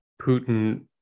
putin